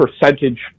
percentage